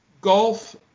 golf